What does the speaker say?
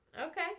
Okay